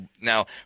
Now